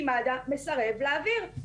כי מד"א מסרב להעביר,